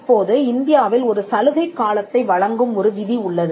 இப்போது இந்தியாவில் ஒரு சலுகைக் காலத்தை வழங்கும் ஒரு விதி உள்ளது